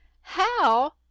How